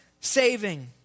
saving